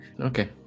Okay